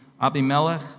Abimelech